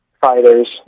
fighters